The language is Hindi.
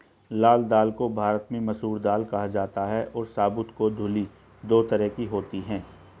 लाल दाल को भारत में मसूर दाल कहा जाता है और साबूत और धुली दो तरह की होती है